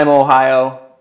Ohio